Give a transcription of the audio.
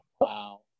Wow